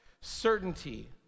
certainty